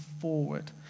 forward